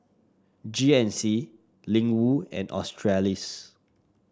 G N C Ling Wu and Australis